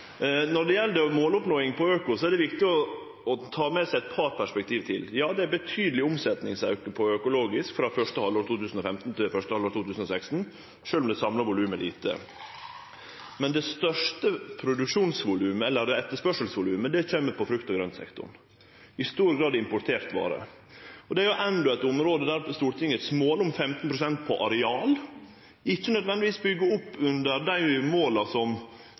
Når det gjeld måloppnåing innan økologi, er det viktig å ta med seg eit par perspektiv til. Ja, det er ein betydeleg auke i omsetning av økologisk mat frå første halvår 2015 til første halvår 2016, sjølv om det samla volumet er lite. Men det største etterspørselsvolumet kjem i frukt- og grøntsektoren, i stor grad importert vare. Og dette er endå eit område der Stortingets mål om 15 pst. på areal ikkje nødvendigvis byggjer opp under dei måla som